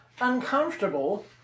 uncomfortable